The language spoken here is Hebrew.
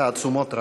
תעצומות רבות.